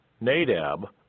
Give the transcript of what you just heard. Nadab